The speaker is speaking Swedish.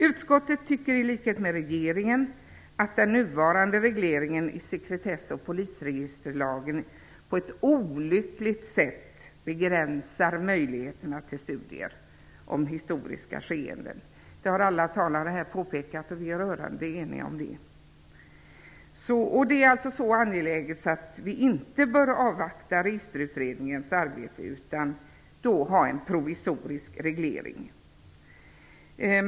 Utskottet tycker i likhet med regeringen att den nuvarande regleringen i sekretess och polisregisterlagen på ett olyckligt sätt begränsar möjligheterna till studier om historiska skeenden. Det har alla talare här påpekat. Vi är rörande eniga om det. Detta är så pass angeläget att vi inte bör avvakta Registerutredningens arbete, utan vi bör ha en provisorisk reglering.